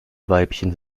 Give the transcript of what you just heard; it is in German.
weibchen